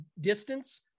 distance